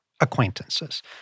acquaintances